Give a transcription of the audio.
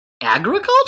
Agriculture